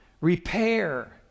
Repair